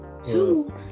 Two